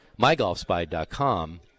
mygolfspy.com